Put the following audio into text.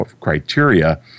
criteria